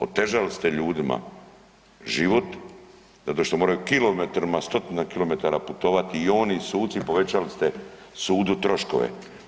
Otežali ste ljudima život zato što moraju kilometrima, stotine kilometara putovati i oni i suci, povećali ste sudu troškove.